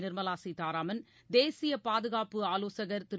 நிர்மலா சீதாராமன் தேசிய பாதுகாப்பு ஆலோசகர் திரு